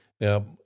Now